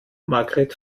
margret